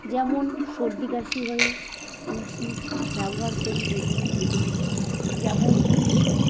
যেমন সর্দি কাশি হলে তুলসীর ব্যবহার করি বিভিন্নভাবেই যেমন তুলসী